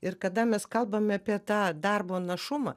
ir kada mes kalbame apie tą darbo našumą